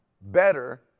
better